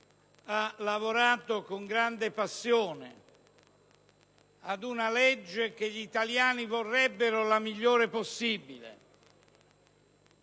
ha lavorato con grande passione ad una legge che gli italiani vorrebbero la migliore possibile.